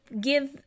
give